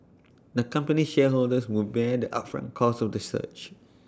the company's shareholders would bear the upfront costs of the search